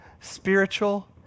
Spiritual